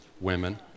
women